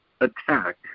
attack